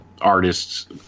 artists